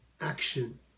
action